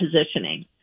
positioning